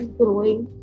growing